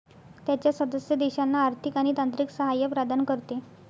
त्याच्या सदस्य देशांना आर्थिक आणि तांत्रिक सहाय्य प्रदान करते